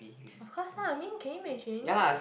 of course lah I mean can you imagine